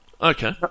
Okay